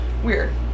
Weird